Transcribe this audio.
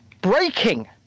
breaking